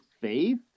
faith